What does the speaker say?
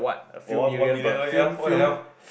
for one one million oh ya what the hell